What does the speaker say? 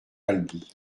albi